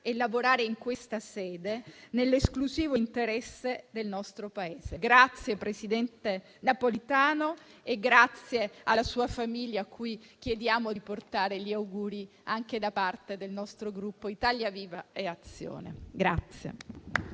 di lavorare in questa sede, nell'esclusivo interesse del nostro Paese. Grazie, presidente Napolitano e grazie alla sua famiglia, a cui chiediamo di portare gli auguri, anche da parte del mio Gruppo Azione-Italia Viva-RenewEurope.